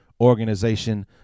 organization